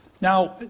now